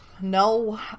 No